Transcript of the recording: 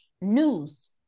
news